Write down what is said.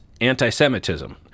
anti-Semitism